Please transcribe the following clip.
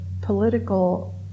political